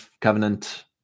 covenant